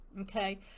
okay